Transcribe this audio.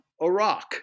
Iraq